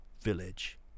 village